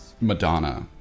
Madonna